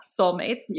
soulmates